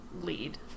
lead